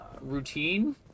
routine